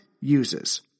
uses